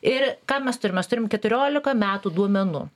ir ką mes turim mes turim keturiolika metų duomenų